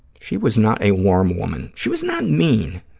she was not a warm woman. she was not mean.